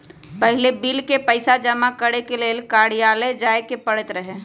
पहिले बिल के पइसा जमा करेके लेल कर्जालय जाय के परैत रहए